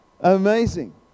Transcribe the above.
Amazing